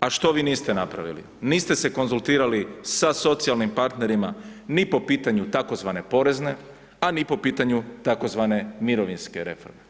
a što vi niste napravili, niste se konzultirali sa socijalnim partnerima ni po pitanju tzv. porezne, a ni po pitanju tzv. mirovinske reforme.